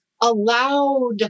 allowed